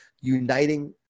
uniting